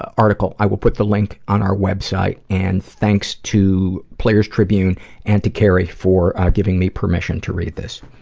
article, i will put the link on our website and thanks to player's tribune and to kerry for giving me permission to read this.